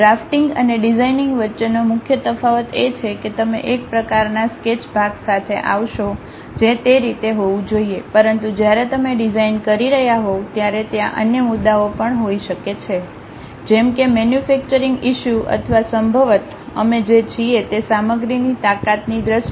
drafting અને designing વચ્ચેનો મુખ્ય તફાવત એ છે કે તમે એક પ્રકારનાં સ્કેચ ભાગ સાથે આવશો જે તે રીતે હોવું જોઈએ પરંતુ જ્યારે તમે ડિઝાઇન કરી રહ્યા હોવ ત્યારે ત્યાં અન્ય મુદ્દાઓ પણ હોઈ શકે છે જેમ કે મેન્યુફેક્ચરિંગ ઇશ્યૂ અથવા સંભવત materials અમે જે છીએ તે સામગ્રીની તાકાતની દ્રષ્ટિએ